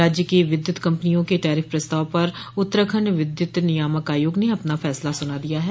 राज्य की विद्युत कंपनियों के टैरिफ प्रस्ताव पर उत्तराखंड विद्युत नियामक आयोग अपना फैसला सुना दिया है